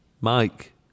Mike